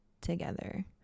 together